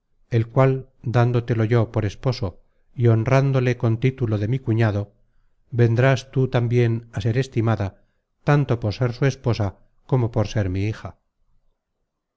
el cual dándotelo yo por esposo y honrándole con título de mi cuñado vendrás tú tambien á ser estimada tanto por ser su esposa como por ser mi hija